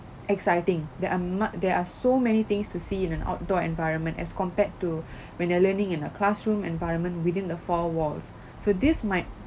exciting there are much there are so many things to see in an outdoor environment as compared to when you're learning in a classroom environment within the four walls so this might